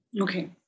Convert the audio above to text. Okay